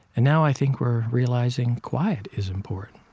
and now i think we're realizing quiet is important,